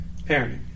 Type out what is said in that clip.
parenting